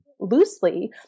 loosely